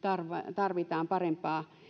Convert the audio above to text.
tarvitaan parempaa